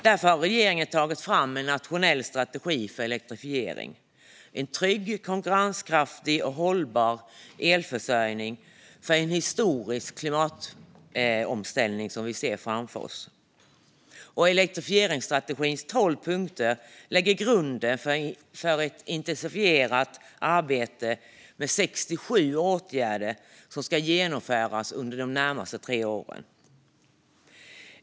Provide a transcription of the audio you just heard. Därför har regeringen tagit fram en nationell strategi för elektrifiering - en trygg, konkurrenskraftig och hållbar elförsörjning för den historiska klimatomställning som vi ser framför oss. Elektrifieringsstrategins tolv punkter lägger grunden för ett intensifierat arbete med 67 åtgärder som ska genomföras under de närmaste tre åren.